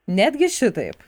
netgi šitaip